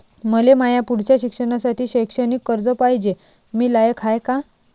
मले माया पुढच्या शिक्षणासाठी शैक्षणिक कर्ज पायजे, मी लायक हाय का?